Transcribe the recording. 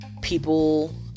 people